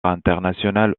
internationale